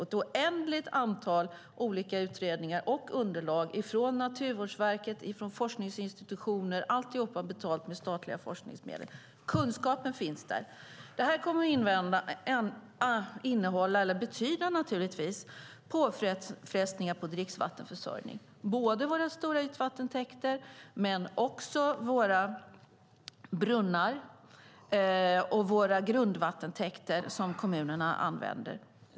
Det finns ett stort antal utredningar och underlag från Naturvårdsverket och forskningsinstitutioner, och allt är betalt med statliga forskningsmedel. Kunskapen finns där. Det här kommer att innebära påfrestningar för dricksvattenförsörjningen - både för våra stora ytvattentäkter och för våra brunnar och grundvattentäkterna som kommunerna använder.